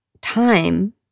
time